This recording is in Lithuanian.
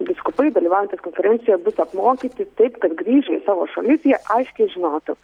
vyskupai dalyvaujantys konferencijoje bus apmokyti taip kad grįžę į savo šalis jie aiškiai žinotų